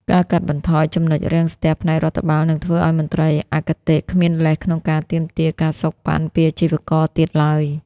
ការកាត់បន្ថយ ចំណុចរាំងស្ទះ ផ្នែករដ្ឋបាល នឹងធ្វើឱ្យមន្ត្រីអគតិគ្មានលេសក្នុងការទាមទារ ការសូកប៉ាន់ ពីអាជីវករទៀតឡើយ។